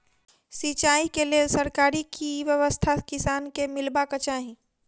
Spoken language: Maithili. सिंचाई केँ लेल सरकारी की व्यवस्था किसान केँ मीलबाक चाहि?